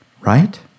right